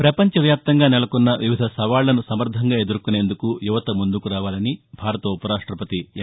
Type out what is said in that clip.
పపంచ వ్యాప్తంగా నెలకొన్న వివిధ సవాళ్ళను సమర్దంగా ఎదుర్కొనేందుకు యువత ముందుకు రావాలని భారత ఉపరాష్టపతి ఎం